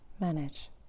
manage